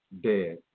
dead